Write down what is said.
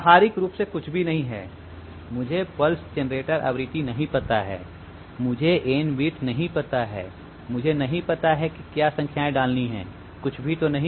व्यावहारिक रूप से कुछ भी नहीं है मुझे पल्स जनरेटर आवृत्ति नहीं पता है मुझेn बीट नहीं पता है मुझे नहीं पता है कि क्या संख्याएं डालनी है कुछ भी तो नहीं